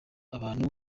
abantu